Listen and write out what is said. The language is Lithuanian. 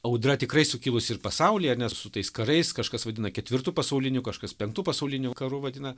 audra tikrai sukilusi ir pasaulyje nes su tais karais kažkas vadina ketvirtu pasauliniu kažkas penktu pasauliniu karu vadina